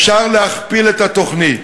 אפשר להכפיל את התוכנית,